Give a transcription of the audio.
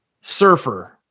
surfer